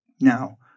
Now